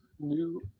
new